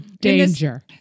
danger